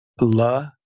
la